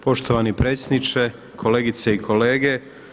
Poštovani predsjedniče, kolegice i kolege.